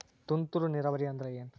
ತುಂತುರು ನೇರಾವರಿ ಅಂದ್ರ ಏನ್?